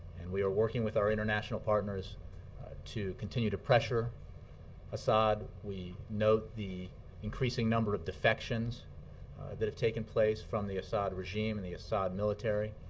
and we are working with our international partners to continue to pressure assad. we note the increasing number of defections that have taken place from the assad regime and the assad military.